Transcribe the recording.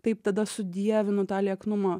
taip tada sudievinu tą lieknumą